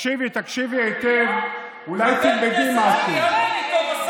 תקשיבי, תקשיבי היטב, אולי תלמדי משהו.